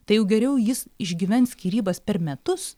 tai jau geriau jis išgyvens skyrybas per metus